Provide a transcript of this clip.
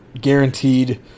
guaranteed